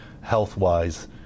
health-wise